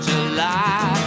July